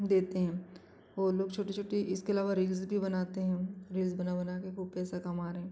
देते हैं वो लोग छोटी छोटी इसके अलावा रील्स भी बनाते हैं रील्स बना बना कर खूब पैसा कमा रहे